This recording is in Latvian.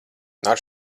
nāc